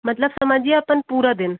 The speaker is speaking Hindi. मतलब समझिए अपन पूरा दिन